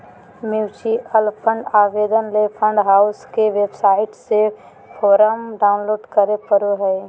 mutual fund आवेदन ले fund house के वेबसाइट से फोरम डाऊनलोड करें परो हय